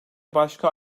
başka